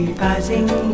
buzzing